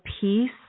peace